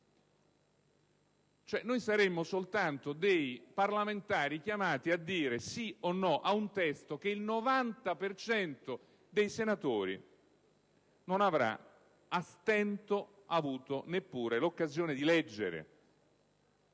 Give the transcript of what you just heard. totale? Saremmo soltanto dei parlamentari chiamati a dire sì o no a un testo che il 90 per cento dei senatori non avrà avuto neppure l'occasione di leggere,